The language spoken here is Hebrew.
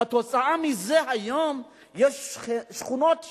כתוצאה מזה, היום יש שכונות שלמות,